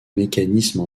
mécanisme